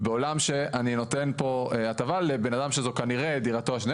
בעולם שאני נותן פה הטבה לבן אדם שזו כנראה דירתו השנייה.